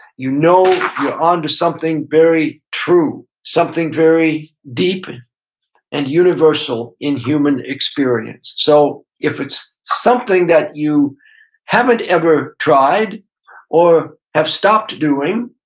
you know you're on to something very true, something very deep and universal in human experience. so, if it's something that you haven't ever tried or have stopped doing,